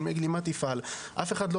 אין מי יגיד לי מה תפעל,